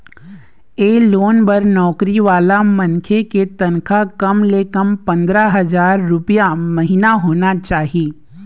ए loan बर नउकरी वाला मनखे के तनखा कम ले कम पंदरा हजार रूपिया महिना होना चाही